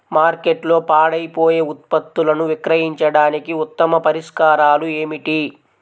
మార్కెట్లో పాడైపోయే ఉత్పత్తులను విక్రయించడానికి ఉత్తమ పరిష్కారాలు ఏమిటి?